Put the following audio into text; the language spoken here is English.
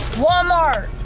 walmart.